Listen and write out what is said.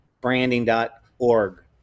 branding.org